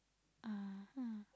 (uh huh)